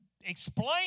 explain